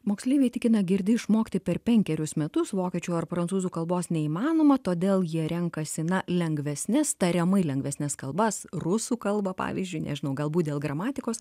moksleiviai tikina girdi išmokti per penkerius metus vokiečių ar prancūzų kalbos neįmanoma todėl jie renkasi na lengvesnes tariamai lengvesnes kalbas rusų kalbą pavyzdžiui nežinau galbūt dėl gramatikos